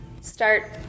start